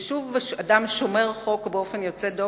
אדם שומר חוק באופן יוצא דופן,